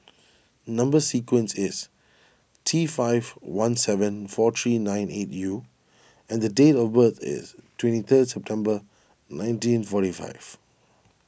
Number Sequence is T five one seven four three nine eight U and date of birth is twenty third September nineteen forty five